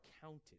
counted